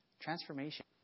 Transformation